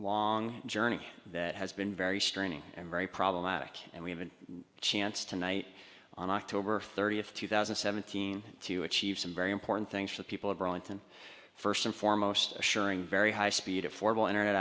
long journey that has been very straining and very problematic and we have a chance tonight on october thirtieth two thousand and seventeen to achieve some very important things for the people who brought them first and foremost assuring very high speed affordable internet